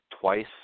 twice